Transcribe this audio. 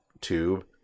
tube